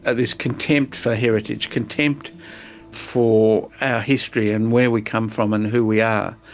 ah this contempt for heritage, contempt for our history and where we come from and who we are.